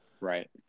Right